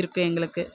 இருக்கும் எங்களுக்கு